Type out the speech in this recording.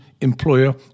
employer